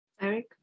Eric